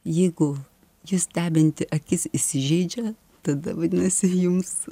jeigu jus stebinti akis įsižeidžia tada vadinasi jums